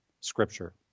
Scripture